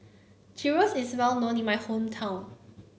gyros is well known in my hometown